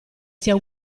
sia